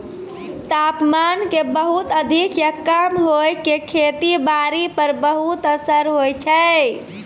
तापमान के बहुत अधिक या कम होय के खेती बारी पर बहुत असर होय छै